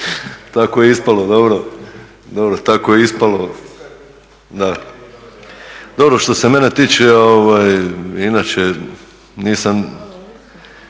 tako je ispalo. Dobro, što se mene tiče inače nisam